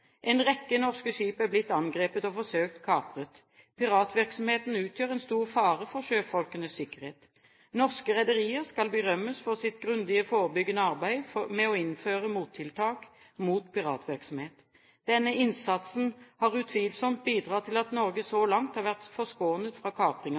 En rekke norske skip er blitt angrepet og forsøkt kapret. Piratvirksomheten utgjør en stor fare for sjøfolkenes sikkerhet. Norske rederier skal berømmes for sitt grundige forebyggende arbeid med å innføre mottiltak mot piratvirksomhet. Denne innsatsen har utvilsomt bidratt til at Norge